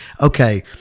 okay